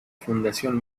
fundación